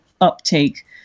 uptake